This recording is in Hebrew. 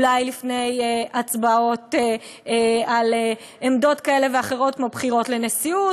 אולי לפני הצבעות על עמדות כאלה ואחרות כמו בחירות לנשיאות?